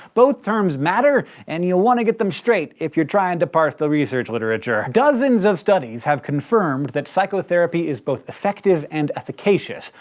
both terms matter, and you'll wanna get them straight, if you're tryin' to parse the research literature. dozens of studies have confirmed that psychotherapy is both effective and efficacious.